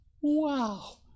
wow